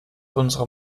unsere